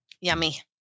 yummy